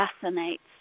fascinates